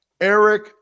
Eric